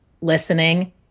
listening